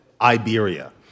Iberia